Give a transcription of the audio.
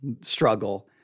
struggle